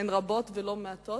הן רבות ולא מעטות,